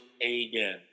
again